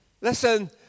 Listen